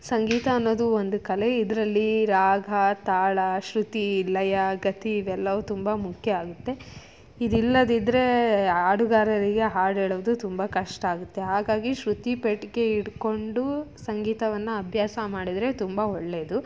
ಸಂಗೀತ ಅನ್ನೋದು ಒಂದು ಕಲೆ ಇದರಲ್ಲಿ ರಾಗ ತಾಳ ಶ್ರುತಿ ಲಯ ಗತಿ ಇವೆಲ್ಲವೂ ತುಂಬ ಮುಖ್ಯ ಆಗುತ್ತೆ ಇದಿಲ್ಲದಿದ್ದರೆ ಹಾಡುಗಾರರಿಗೆ ಹಾಡು ಹೇಳೋದು ತುಂಬ ಕಷ್ಟ ಆಗುತ್ತೆ ಹಾಗಾಗಿ ಶ್ರುತಿ ಪೆಟ್ಟಿಗೆ ಇಟ್ಕೊಂಡು ಸಂಗೀತವನ್ನು ಅಭ್ಯಾಸ ಮಾಡಿದರೆ ತುಂಬ ಒಳ್ಳೆಯದು